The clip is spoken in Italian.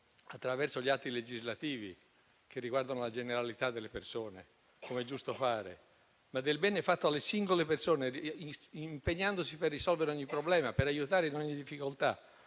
attraverso gli atti legislativi, che riguardano la generalità delle persone - come pure è giusto fare - ma del bene fatto alle singole persone, impegnandosi per risolvere ogni problema, per aiutare in ogni difficoltà.